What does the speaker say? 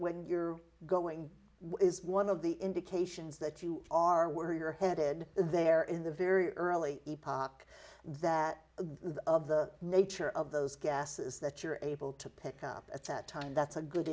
when you're going is one of the indications that you are where you're headed there in the very early that the of the nature of those gases that you're able to pick up at that time that's a good